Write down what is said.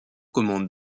commandes